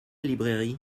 librairie